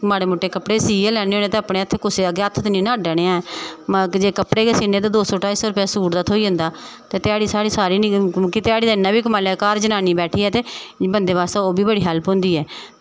माड़े मुट्टे कपड़े सीह् गै लैन्ने होन्ने ते अपने हत्थ कुसै अग्गें हत्थ ते निं नां अड्डने आं जे कपड़े गै सीह्न्ने ते दौ सौ ढाई सौ रपेआ सूट दा थ्होई जंदा ते ध्याड़ी सारी निकली जंदी ते ध्याड़ी दा इन्ना बी कमाई लैआ घर जनानी बैठियै ते बंदे बास्तै ओह्बी बड़ी हेल्प होंदी ऐ